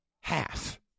Half